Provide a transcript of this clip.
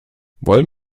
wollen